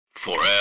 forever